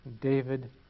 David